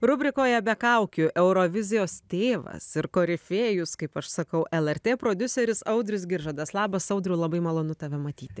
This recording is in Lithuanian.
rubrikoje be kaukių eurovizijos tėvas ir korifėjus kaip aš sakau lrt prodiuseris audrius giržadas labas audriau labai malonu tave matyti